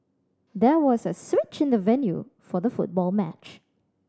there was a switch in the venue for the football match